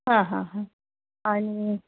हां हां हां आणि